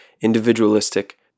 individualistic